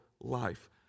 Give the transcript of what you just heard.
life